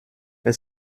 est